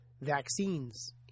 vaccines